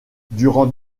durant